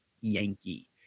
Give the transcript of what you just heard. Yankee